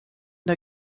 der